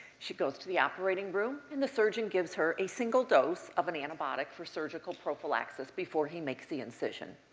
she goes to the operating room, and the surgeon gives her a single dose of and antibiotic for surgical prophylaxis, before he makes the incision.